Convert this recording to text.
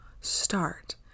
start